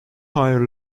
higher